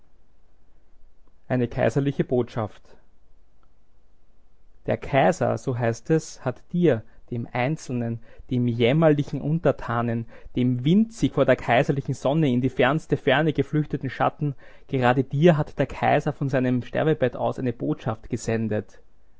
eine kaiserliche botschaft der kaiser so heißt es hat dir dem einzelnen dem jämmerlichen untertanen dem winzig vor der kaiserlichen sonne in die fernste ferne geflüchteten schatten gerade dir hat der kaiser von seinem sterbebett aus eine botschaft gesendet